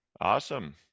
Awesome